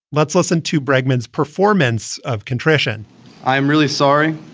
let's listen to bregman performance of contrition i am really sorry